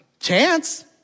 chance